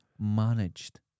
Managed